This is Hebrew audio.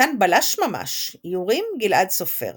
יונתן בלש ממש, איורים גלעד סופר,